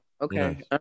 Okay